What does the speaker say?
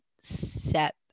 set